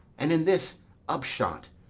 and, in this upshot,